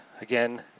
again